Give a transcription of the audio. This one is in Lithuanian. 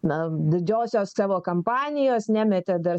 na didžiosios savo kampanijos nemetė dar